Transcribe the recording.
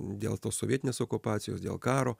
dėl tos sovietinės okupacijos dėl karo